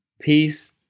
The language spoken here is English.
peace